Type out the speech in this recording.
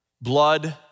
blood